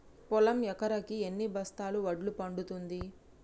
పొలం ఎకరాకి ఎన్ని బస్తాల వడ్లు పండుతుంది?